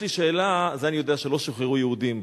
יש לי שאלה, את זה שלא שוחררו יהודים